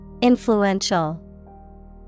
Influential